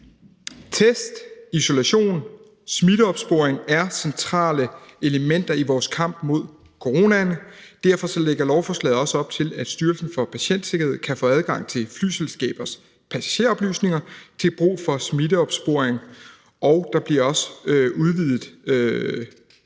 Test, isolation og smitteopsporing er centrale elementer i vores kamp mod coronaen. Derfor lægger lovforslaget også op til, at Styrelsen for Patientsikkerhed kan få adgang til flyselskabers passageroplysninger til brug for smitteopsporing,